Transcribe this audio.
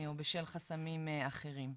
או בשל חסמים אחרים.